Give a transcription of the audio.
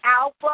Alpha